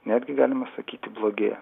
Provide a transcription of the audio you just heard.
netgi galima sakyti blogėja